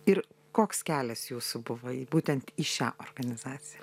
ir koks kelias jūsų buvo į būtent į šią organizaciją